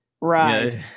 Right